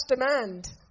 demand